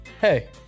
Hey